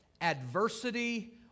adversity